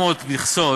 1,800 המכסות